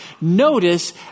Notice